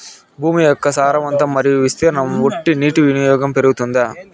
భూమి యొక్క సారవంతం మరియు విస్తీర్ణం బట్టి నీటి వినియోగం పెరుగుతుందా?